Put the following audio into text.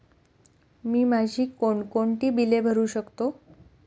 मी माझी कोणकोणती बिले भरू शकतो?